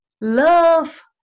love